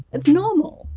it's normal.